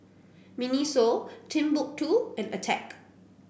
Miniso Timbuk two and Attack